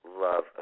love